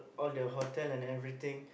all the hotel and everything